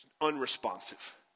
unresponsive